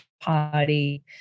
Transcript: party